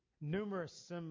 numerous